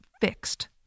fixed